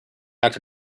actor